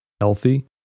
healthy